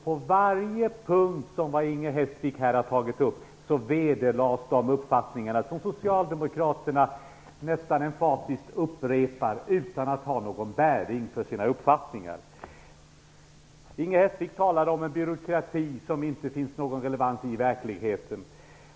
På varje punkt som Inger Hestvik har tagit upp vederlades de uppfattningar som socialdemokraterna nästan emfatiskt upprepar utan att ha någon bäring för sina uppfattningar. Inger Hestvik talade om en byråkrati som inte finns i verkligheten.